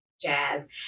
jazz